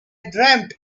dreamt